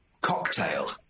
cocktail